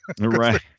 right